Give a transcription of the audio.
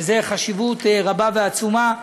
שיש לה חשיבות רבה ועצומה,